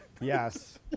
Yes